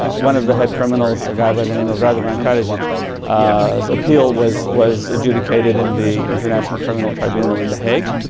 ah one of the head criminals, a guy by the name of radovan karadzic, his appeal was was adjudicated in the international criminal tribunal in the hague.